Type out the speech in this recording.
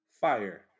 Fire